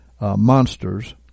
monsters